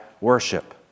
worship